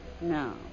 No